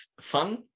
fun